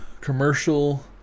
commercial